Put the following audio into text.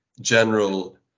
general